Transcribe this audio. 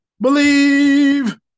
Believe